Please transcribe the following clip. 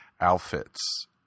outfits